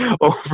over